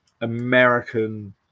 American